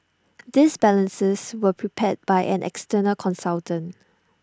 these balances were prepared by an external consultant